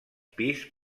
pis